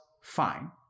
fine